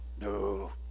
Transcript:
No